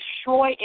destroy